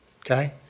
okay